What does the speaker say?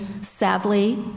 sadly